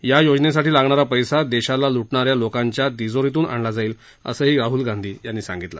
या योजनेसाठी लागणारा पैसा देशाला ल्टणाऱ्या लोकांच्या तिजोरीतून आणला जाईल असंही गांधी यांनी सांगितलं